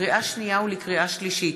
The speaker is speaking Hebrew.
לקריאה שנייה ולקריאה שלישית: